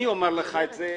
אני אומר לך את זה.